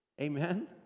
Amen